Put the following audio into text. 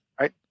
right